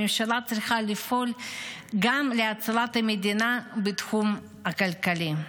הממשלה צריכה לפעול גם להצלת המדינה בתחום הכלכלי.